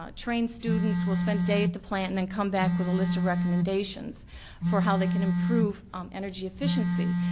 ah trained students will spend a day at the plant and then come back with a list of recommendations for how they can improve um energy efficiency.